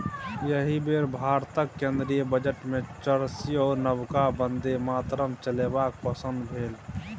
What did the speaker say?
एहि बेर भारतक केंद्रीय बजटमे चारिसौ नबका बन्दे भारत चलेबाक घोषणा भेल